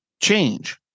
change